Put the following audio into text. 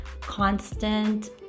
constant